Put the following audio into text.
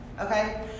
okay